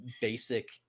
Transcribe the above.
basic